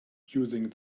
using